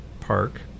Park